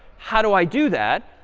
how do i do that?